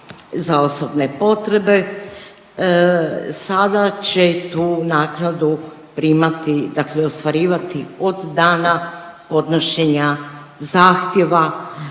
za osobne potrebe sada će tu naknadu primati dakle ostvarivati od dana podnošenja zahtjeva